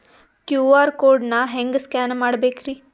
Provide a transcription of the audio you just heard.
QR code ನಾ ಹೆಂಗ scan ಮಾಡಬೇಕ್ರಿ?